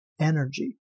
energy